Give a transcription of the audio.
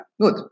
good